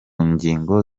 ngingo